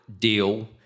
deal